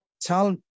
tell